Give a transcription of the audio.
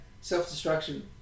self-destruction